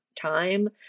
time